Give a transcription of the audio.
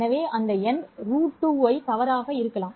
எனவே அந்த எண் √2 தவறாக இருக்கலாம்